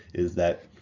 is that